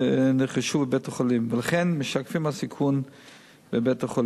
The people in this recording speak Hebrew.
נרכשו בבית-החולים ולכן משקפים את הסיכון בבית-החולים.